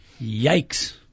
Yikes